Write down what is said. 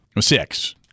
Six